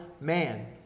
man